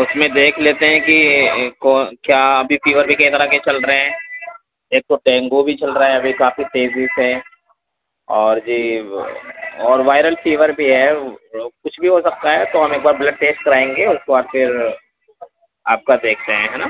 اس میں دیکھ لیتے ہیں کہ کون کیا ابھی فیور کئی طرح کے چل رہے ہیں ایک تو ڈینگو بھی چل رہا ہے ابھی کافی تیزی سے اور جی اور وائرل فیور بھی ہے کچھ بھی ہو سکتا ہے تو ہم ایک بار بلڈ ٹیسٹ کرائیں گے اس کے بعد پھر آپ کا دیکھتے ہیں ہے نا